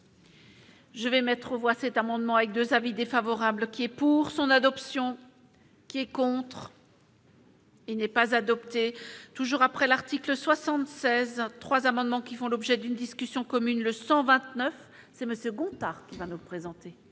Je vais mettre aux voix cet amendement avec 2 avis défavorables qui est pour son adoption qui est contre. Il n'est pas adopté toujours après l'article 76 3 amendements qui font l'objet d'une discussion commune le 129 c'est monsieur Gontard, qui va nous présenter.